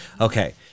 Okay